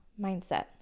mindset